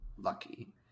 lucky